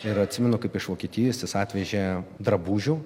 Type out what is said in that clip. ir atsimenu kaip iš vokietijos jis atvežė drabužių